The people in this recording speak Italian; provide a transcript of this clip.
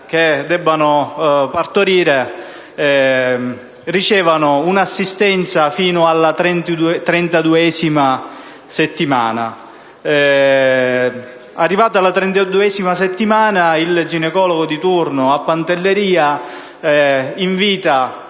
che devono partorire ricevono un'assistenza fino alla trentaduesima settimana; arrivate alla trentaduesima settimana, il ginecologo di turno a Pantelleria invita